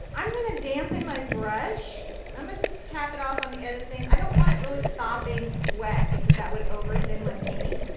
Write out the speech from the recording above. i'm going to dampen my brush um and just tap it off on the edge of the thing. i don't want it really sopping wet because that would over thin my paint.